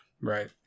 right